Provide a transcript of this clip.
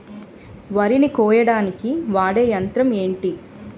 వరి ని కోయడానికి వాడే యంత్రం ఏంటి?